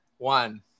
One